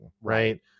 Right